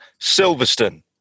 Silverstone